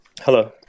Hello